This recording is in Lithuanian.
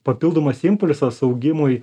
papildomas impulsas augimui